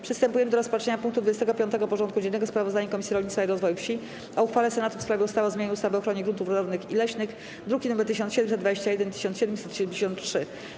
Przystępujemy do rozpatrzenia punktu 25. porządku dziennego: Sprawozdanie Komisji Rolnictwa i Rozwoju Wsi o uchwale Senatu w sprawie ustawy o zmianie ustawy o ochronie gruntów rolnych i leśnych (druki nr 1721 i 1773)